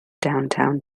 downtown